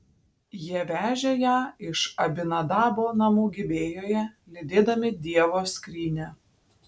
jie vežė ją iš abinadabo namų gibėjoje lydėdami dievo skrynią